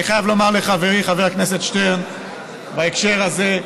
אני חייב לומר לחברי חבר הכנסת אלעזר שטרן בהקשר הזה,